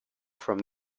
from